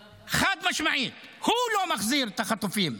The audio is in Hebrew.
חד-משמעית, הוא לא מחזיר את החטופים,